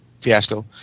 fiasco